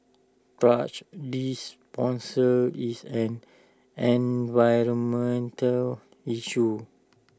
thrash disposal is an environmental issue